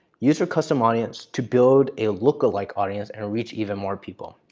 use your custom audience to build a look alike audience and reach even more people.